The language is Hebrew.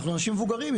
אנחנו אנשים ממבוגרים,